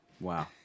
Wow